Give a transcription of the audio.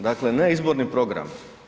Dakle ne izborni program.